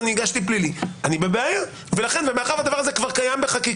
אני לא בקי האם היום לפי הדין